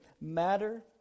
matter